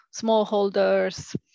smallholders